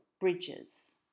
bridges